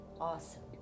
awesome